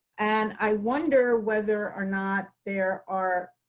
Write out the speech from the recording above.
and i wonder whether or not there are